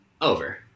over